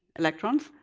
electrons.